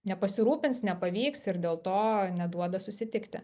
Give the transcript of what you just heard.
nepasirūpins nepavyks ir dėl to neduoda susitikti